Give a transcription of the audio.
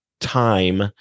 time